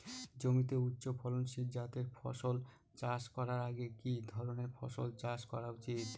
জমিতে উচ্চফলনশীল জাতের ফসল চাষ করার আগে কি ধরণের ফসল চাষ করা উচিৎ?